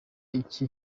aricyo